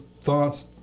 thoughts